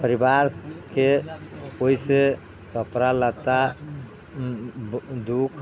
परिवार के ओहिसे कपड़ा लत्ता दुख